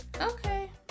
Okay